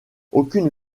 aucune